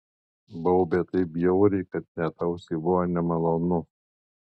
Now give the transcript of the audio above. baubė taip bjauriai kad net ausiai buvo nemalonu